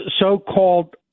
so-called